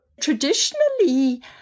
traditionally